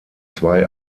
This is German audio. zwei